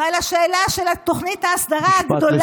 ועל השאלה של תוכנית ההסדרה הגדולה.